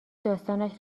داستانش